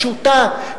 פשוטה,